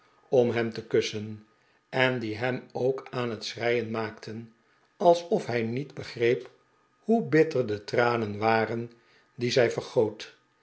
om hem te kussen en die hem ook aan het schreien maakten ofschoon hij niet begreep hoe bitter de tranen waren die zij